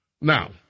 Now